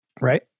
Right